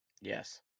Yes